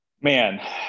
man